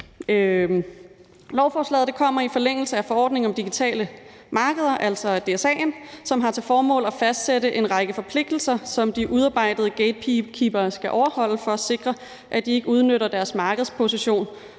Lovforslaget kommer i forlængelse af forordningen om digitale markeder, altså DSA'en, som har til formål at fastsætte en række forpligtelser, som de udpegede gatekeepere skal overholde, for at sikre, at de ikke udnytter deres markedsposition